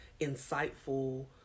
insightful